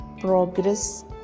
progress